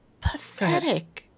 Pathetic